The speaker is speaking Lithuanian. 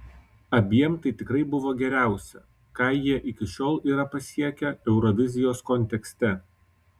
abiem tai tikrai buvo geriausia ką jie iki šiol yra pasiekę eurovizijos kontekste